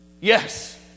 Yes